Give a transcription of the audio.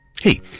Hey